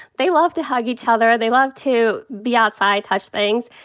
they love to hug each other. they love to be outside, touch things.